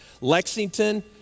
Lexington